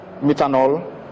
methanol